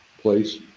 place